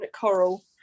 coral